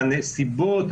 הנסיבות,